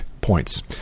points